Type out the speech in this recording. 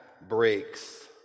breaks